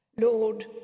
Lord